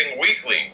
weekly